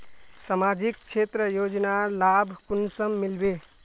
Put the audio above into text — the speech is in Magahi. सामाजिक क्षेत्र योजनार लाभ कुंसम मिलबे?